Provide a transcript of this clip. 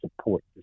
support